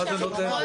מה זה נותן?